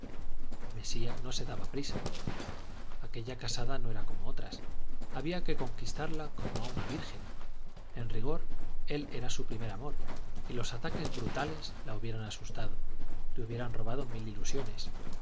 mesía no se daba prisa aquella casada no era como otras había que conquistarla como a una virgen en rigor él era su primer amor y los ataques brutales la hubieran asustado le hubieran robado mil ilusiones